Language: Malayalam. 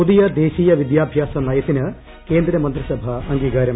പുതിയ ദേശീയ വിദ്യാഭ്യാസ് നിയത്തിന് കേന്ദ്ര മന്ത്രിസഭാ അംഗീകാരം